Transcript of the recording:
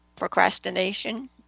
procrastination